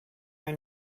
are